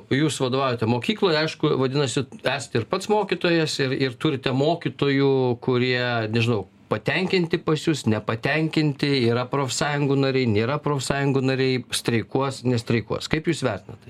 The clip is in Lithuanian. jūs vadovaujate mokyklai aišku vadinasi esate ir pats mokytojas ir ir turite mokytojų kurie dažnai patenkinti pas jus nepatenkinti yra profsąjungų nariai nėra profsąjungų nariai streikuos nestreikuos kaip jūs vertinat tai